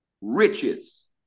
riches